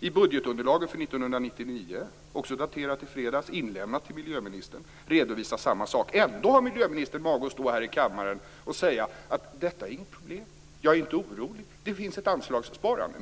I budgetunderlagen för 1999, också daterade i fredags och inlämnade till miljöministern, redovisas samma sak. Ändå har miljöministern mage att stå här i kammaren och säga att detta inte är något problem och att hon inte är orolig. Det finns ett anslagssparande.